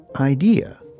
idea